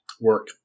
work